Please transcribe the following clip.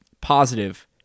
positive